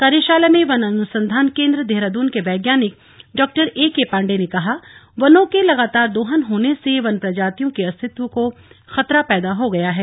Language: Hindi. कार्यशाला में वन अनुसंधान केंद्र देहरादून के वैज्ञानिक डॉएके पांडे ने कहा वनों के लगातार दोहन होने से वन प्रजातियों के अस्तित्व को खतरा पैदा हो गया है